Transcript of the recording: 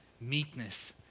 meekness